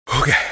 Okay